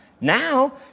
now